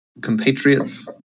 compatriots